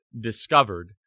discovered